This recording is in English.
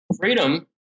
Freedom